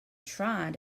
trying